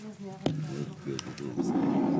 בבקשה.